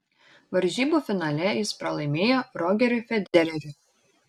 varžybų finale jis pralaimėjo rogeriui federeriui